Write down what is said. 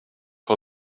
for